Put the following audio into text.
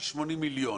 היא 80 מיליון.